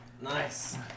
Nice